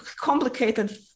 complicated